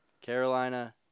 Carolina